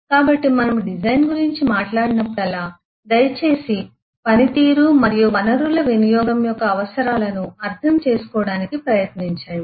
కాబట్టి మనము డిజైన్ గురించి మాట్లాడినప్పుడల్లా దయచేసి పనితీరు మరియు వనరుల వినియోగం యొక్క అవసరాలను అర్థం చేసుకోవటానికి ప్రయత్నించండి